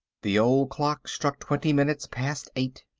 the old clock struck twenty minutes past eight.